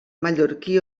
mallorquí